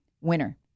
Winner